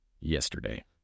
Yesterday